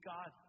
God